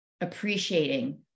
appreciating